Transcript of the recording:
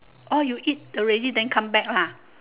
orh you eat already then come back lah